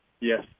Yes